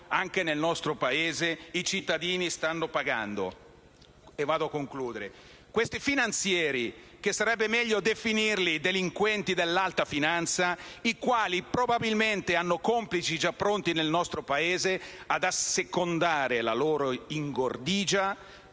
anche nel nostro Paese, i cittadini stanno pagando. Questi finanzieri, che sarebbe meglio definire delinquenti dell'alta finanza, probabilmente hanno complici nel nostro Paese, già pronti ad assecondare la loro ingordigia